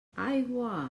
aigua